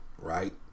right